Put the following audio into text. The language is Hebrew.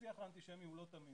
שהשיח האנטישמי הוא לא תמים.